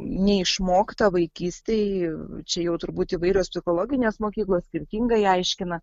neišmokta vaikystėj čia jau turbūt įvairios psichologinės mokyklos skirtingai aiškina